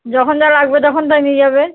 যখন যা লাগবে তখন তাই নিয়ে যাবে